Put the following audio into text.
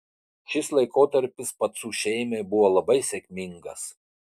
šis laikotarpis pacų šeimai buvo labai sėkmingas